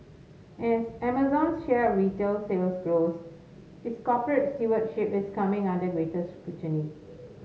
as Amazon's share of retail sales grows its corporate stewardship is coming under greater scrutiny